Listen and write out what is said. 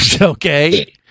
Okay